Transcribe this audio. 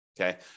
Okay